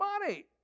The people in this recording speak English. money